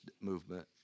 movement